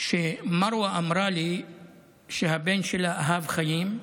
שמרווה אמרה לי שהבן שלה אהב חיים,